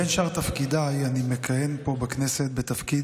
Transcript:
בין שאר תפקידיי אני מכהן פה בכנסת בתפקיד